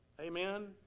Amen